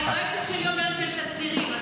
היועצת שלי אומרת שיש לה צירים,